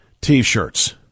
t-shirts